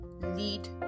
lead